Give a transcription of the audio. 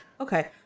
Okay